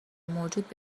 موجود